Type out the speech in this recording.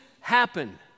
happen